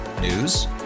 news